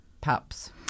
pups